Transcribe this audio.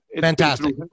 Fantastic